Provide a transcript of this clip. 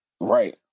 Right